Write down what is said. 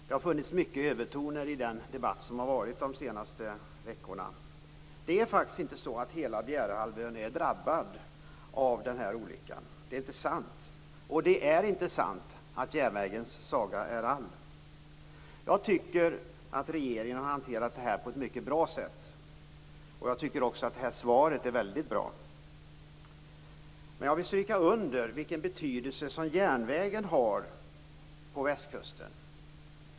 Det har funnits mycket övertoner i debatten under de senaste veckorna. Det är faktiskt inte så att hela Bjärehalvön är drabbad av denna olycka. Det är inte sant, och det är inte sant att järnvägens saga är all. Jag tycker att regeringen har hanterat problemet på ett mycket bra sätt. Jag tycker också att svaret är väldigt bra. Men jag vill stryka under den betydelse som järnvägen har på västkusten.